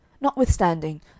Notwithstanding